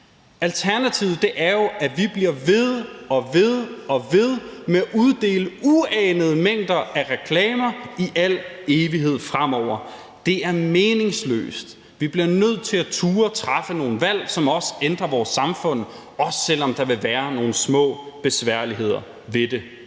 Alternativet er jo, at vi bliver ved og ved og ved med at uddele uanede mængder af reklamer i al evighed fremover. Det er meningsløst. Vi bliver nødt til at turde træffe nogle valg, som også ændrer vores samfund, også selv om der vil være nogle små besværligheder ved det.